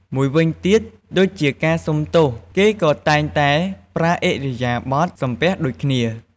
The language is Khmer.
មួយវិញទៀតដូចជាការសុំទោស គេក៏តែងតែប្រើឥរិយាបទសំពះដូចគ្នា។